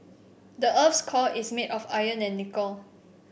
the earth's core is made of iron and nickel